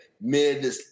mid